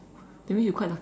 that means you quite lucky